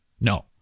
No